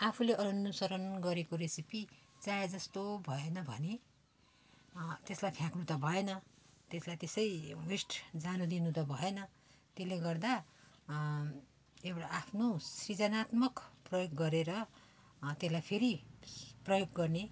आफूले अनुसरण गरेको रेसेपी चाहे जस्तो भएन भने त्यसलाई फ्याँक्नु त भएन त्यसलाई त्यसै वेस्ट जानु दिनु त भएन त्यसले गर्दा एउटा आफ्नो सृजनात्मक प्रयोग गरेर त्यसलाई फेरि प्रयोग गर्ने